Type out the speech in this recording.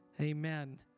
Amen